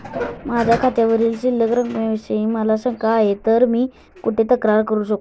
माझ्या खात्यावरील शिल्लक रकमेविषयी मला शंका आहे तर मी कुठे तक्रार करू?